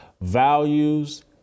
values